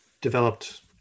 developed